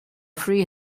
free